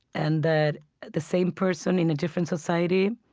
and that the same person in a different society